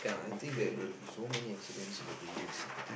I think there will be so many accidents in the buildings